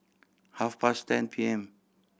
half past ten P M